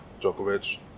Djokovic